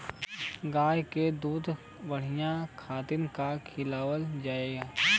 गाय क दूध बढ़ावे खातिन का खेलावल जाय?